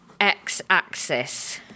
x-axis